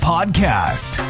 Podcast